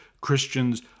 Christians